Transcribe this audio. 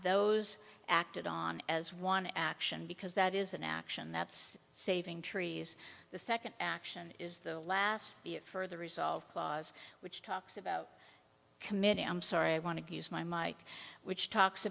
those acted on as one action because that is an action that's saving trees the second action is the last bit further resolve clause which talks about committing i'm sorry i want to use my mike which talks